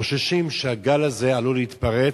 חוששים שהגל הזה עלול להתפרץ,